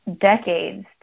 decades